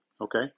okay